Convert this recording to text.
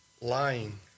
lying